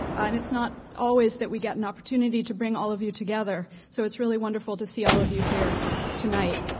and it's not always that we get an opportunity to bring all of you together. so it's really wonderful to see all of you here tonight.